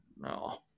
no